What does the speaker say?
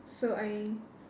so I